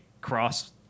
cross